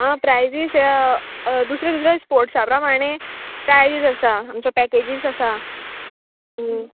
आ prizes दुसरे दुसऱ्या स्पोर्ट्सां प्रमाणे प्रायजीस आसा आमच्यो पॅकेजीस आसा